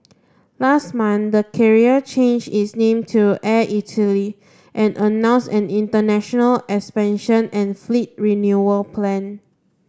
last month the carrier changed its name to Air Italy and announce an international expansion and fleet renewal plan